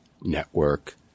network